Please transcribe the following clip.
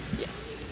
Yes